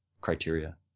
criteria